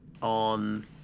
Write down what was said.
on